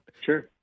Sure